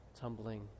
tumbling